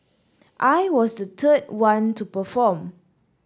I was the third one to perform